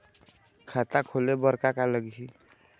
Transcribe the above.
खाता खोले बर का का लगही?